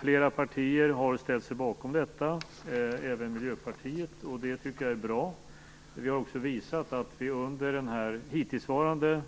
Flera partier har ställt sig bakom detta, även Miljöpartiet. Och det tycker jag är bra. Vi har också visat att vi under den hittillsvarande